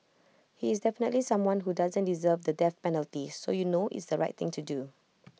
he is definitely someone who doesn't deserve the death penalty so you know it's the right thing to do